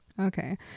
Okay